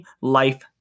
life